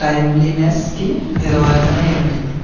టైంలినెస్కి నిర్వచనం ఏంటి